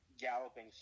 galloping